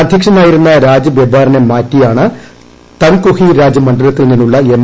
അധ്യക്ഷനായിരുന്ന രാജ് ബെബ്ബാറിനെ മാറ്റിയാണ് തംകുഹി രാജ് മണ്ഡലത്തിൽ നിന്നുള്ള എം